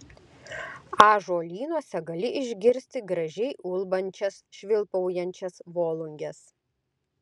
ąžuolynuose gali išgirsti gražiai ulbančias švilpaujančias volunges